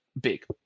big